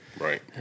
right